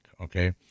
okay